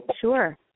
Sure